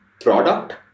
product